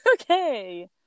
Okay